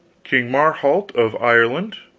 king marhalt of ireland.